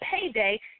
payday